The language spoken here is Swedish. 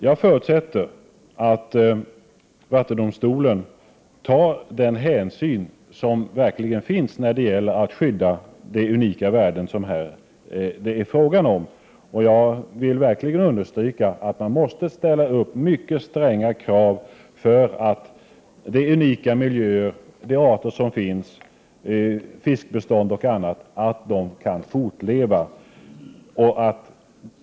Jag förutsätter att vattendomstolen tar den hänsyn som behövs för att skydda de unika värden som det här är fråga om. Jag vill verkligen understryka att man måste uppställa mycket stränga krav för att den unika miljö som finns med dess artrikedom — fiskbestånd och annat — kan fortleva.